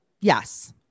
Yes